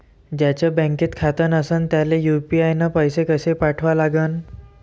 ज्याचं बँकेत खातं नसणं त्याईले यू.पी.आय न पैसे कसे पाठवा लागन?